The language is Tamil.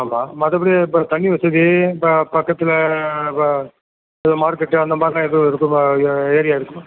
ஆமாம் மற்றபடி இப்போ தண்ணி வசதி இப்போ பக்கத்தில் மார்கெட்டு அந்த மாதிரிலாம் எதுவும் இருக்கும் ஏரியா இருக்கும்